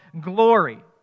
glory